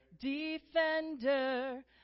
Defender